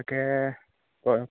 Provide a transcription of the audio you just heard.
তাকে কয়